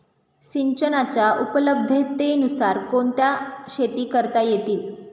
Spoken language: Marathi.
सिंचनाच्या उपलब्धतेनुसार कोणत्या शेती करता येतील?